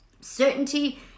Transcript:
Certainty